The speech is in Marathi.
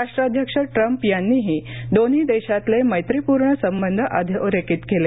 राष्ट्राध्यक्ष ट्रम्प यांनीही दोन्ही देशातले मैत्रीपूर्ण संबंध अधोरेखित केले